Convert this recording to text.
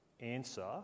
answer